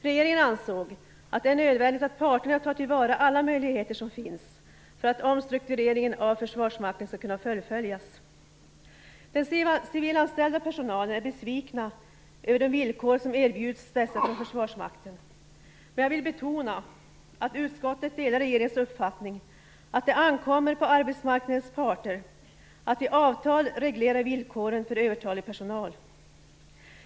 Regeringen ansåg att det är nödvändigt att parterna tar till vara alla möjligheter som finns för att omstruktureringen av Försvarsmakten skall kunna fullföljas. Den civilanställda personalen är besviken över de villkor som erbjuds denna från Försvarsmakten, men jag vill betona att utskottet delar regeringens uppfattning att det ankommer på arbetsmarknadens parter att i avtal reglera villkoren för övertalig personal.